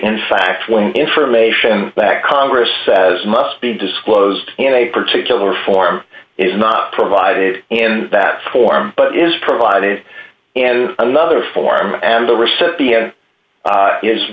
and fact when information that congress has must be disclosed in a particular form is not provided in that form but is provided in another form and the recipient